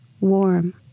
warm